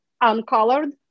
uncolored